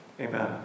Amen